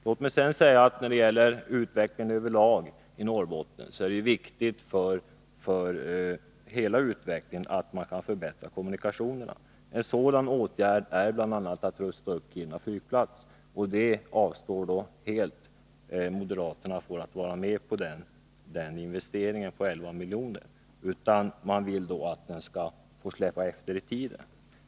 Låt mig sedan säga att det är viktigt för utvecklingen i Norrbotten över lag att man kan förbättra kommunikationerna. En åtgärd med detta syfte är att rusta upp Kiruna flygplats. Moderaterna avstår helt från att vara med på den investeringen om 11 milj.kr. De vill att den skall få släpa efter i tiden.